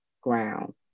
ground